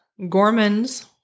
Gormans